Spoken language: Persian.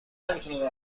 نمیشدیم